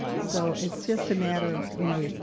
so, it's just a matter of, you know,